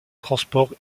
transport